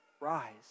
rise